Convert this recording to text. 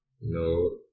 No